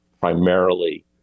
primarily